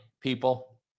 people